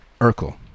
Urkel